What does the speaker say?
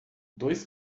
dois